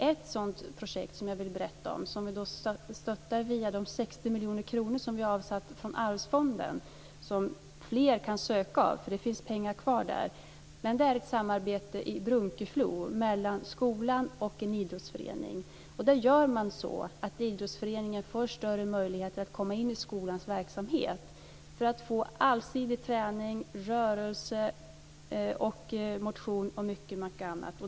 Ett sådant projekt som jag vill berätta om, som vi stöttar via de 60 miljoner kronor som vi har avsatt från Arvsfonden - som fler kan söka, då det finns pengar kvar där - är ett samarbete i Bunkeflo mellan skolan och en idrottsförening. Där gör man så att idrottsföreningen får större möjligheter att komma in i skolans verksamhet för att eleverna ska få allsidig träning, rörelse, motion och mycket annat.